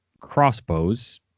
crossbows